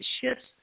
shifts